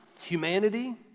humanity